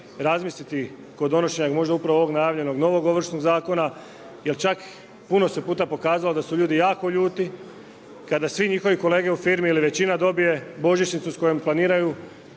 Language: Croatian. razmisliti kod donošenja možda upravo ovog najavljenog novog Ovršnog zakona jer čak puno se puta pokazalo da su ljudi jako ljudi, kada svi njihovi kolege u firmi ili većina dobije božićnicu kojom planiraju